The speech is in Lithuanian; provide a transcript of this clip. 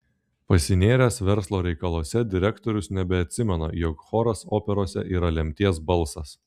pasinėręs verslo reikaluose direktorius nebeatsimena jog choras operose yra lemties balsas